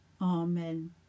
Amen